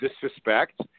disrespect